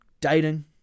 dating